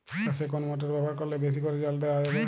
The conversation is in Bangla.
চাষে কোন মোটর ব্যবহার করলে বেশী করে জল দেওয়া যাবে?